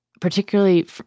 particularly